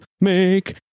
make